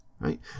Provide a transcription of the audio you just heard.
right